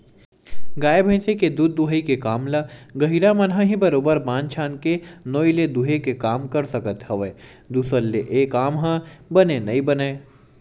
गाय भइस के दूद दूहई के काम ल गहिरा मन ह ही बरोबर बांध छांद के नोई ले दूहे के काम कर सकत हवय दूसर ले ऐ काम ह बने नइ बनय